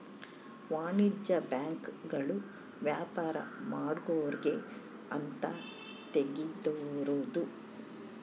ವಾಣಿಜ್ಯ ಬ್ಯಾಂಕ್ ಗಳು ವ್ಯಾಪಾರ ಮಾಡೊರ್ಗೆ ಅಂತ ತೆಗ್ದಿರೋದು